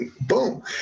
boom